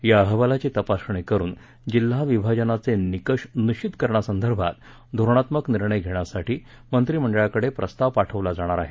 या अहवालाची तपासणी करून जिल्हा विभाजनाचे निकष निश्चित करण्यासंदर्भात धोरणात्मक निर्णय धेण्यासाठी मंत्रिमंडळाकडे प्रस्ताव पाठवला जाणार आहे